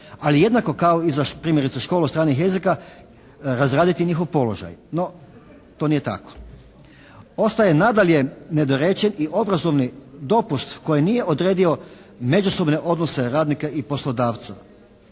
ali jednako kao primjerice i za školu stranih jezika razraditi njihov položaj. No, to nije tako. Ostaje nadalje nedorečen i obrazovni dopust koji nije odredio međusobne odnose radnika i poslodavca.